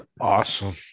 Awesome